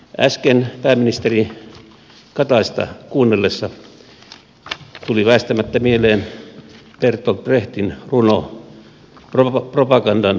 äsken pääministeri kataista kuunnellessa tuli väistämättä mieleen bertolt brechtin runo propagandan välttämättömyydestä